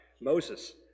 Moses